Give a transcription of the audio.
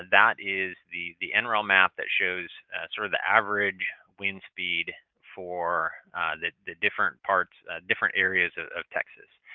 that is the the and nrel map that shows sort of the average wind speed for the the different parts, the different areas ah of texas.